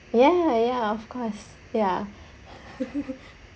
ya ya of course ya